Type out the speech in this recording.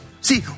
See